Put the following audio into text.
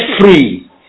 free